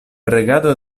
regado